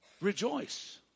Rejoice